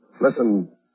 Listen